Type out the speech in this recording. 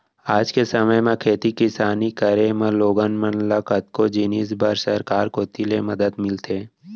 आज के समे म खेती किसानी करे म लोगन मन ल कतको जिनिस बर सरकार कोती ले मदद मिलथे